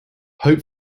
hope